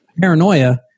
paranoia